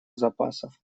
запасов